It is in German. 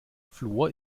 fluor